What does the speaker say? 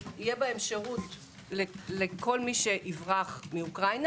שיהיה בהן שירות לכל מי שיברח מאוקראינה